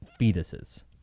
fetuses